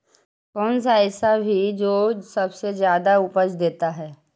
कौन सा ऐसा भी जो सबसे ज्यादा उपज देता है?